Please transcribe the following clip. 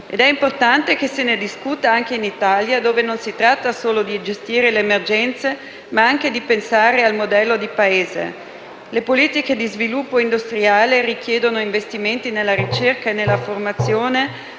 ed è importante che se ne discuta anche in Italia, dove non si tratta solo di gestire le emergenze, ma anche di pensare al modello di Paese. Le politiche di sviluppo industriale richiedono investimenti nella ricerca e nella formazione,